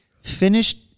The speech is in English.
finished